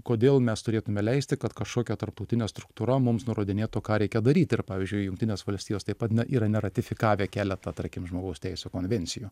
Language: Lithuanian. kodėl mes turėtume leisti kad kažkokia tarptautinė struktūra mums nurodinėtų ką reikia daryti ir pavyzdžiui jungtinės valstijos taip pat yra neratifikavę keletą tarkim žmogaus teisių konvencijų